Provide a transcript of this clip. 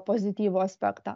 pozityvų aspektą